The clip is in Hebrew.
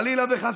חלילה וחס.